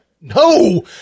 No